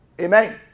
Amen